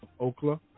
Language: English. Oklahoma